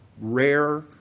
rare